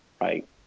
Right